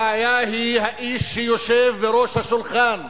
הבעיה היא האיש שיושב בראש השולחן.